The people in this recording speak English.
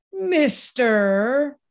Mr